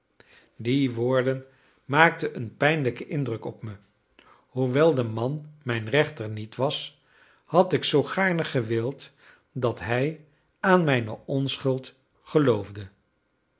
die woorden maakten een pijnlijken indruk op me hoewel de man mijn rechter niet was had ik zoo gaarne gewild dat hij aan mijne onschuld geloofde